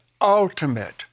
ultimate